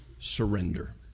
surrender